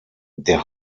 der